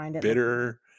bitter